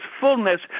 fullness